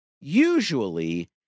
usually